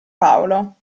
paolo